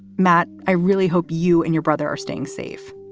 matt. i really hope you and your brother are staying safe.